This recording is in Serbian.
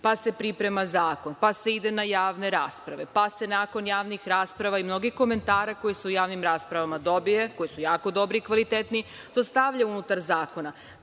pa se priprema zakon, pa se ide na javne rasprave, pa se nakon javnih rasprava i mnogih komentara koje se u javnim raspravama dobijaju, koji su jako dobri i kvalitetni, to stavlja unutar zakona,